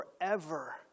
forever